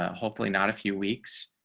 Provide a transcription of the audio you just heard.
ah hopefully not a few weeks,